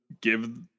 give